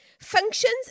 Functions